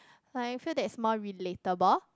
like I feel that it's more relatable